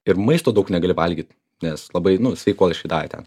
ir maisto daug negali valgyt nes labai nu sveikuoliškai davė ten